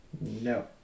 No